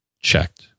checked